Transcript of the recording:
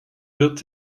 wird